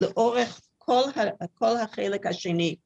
‫לאורך כל ה..כל החלק השני.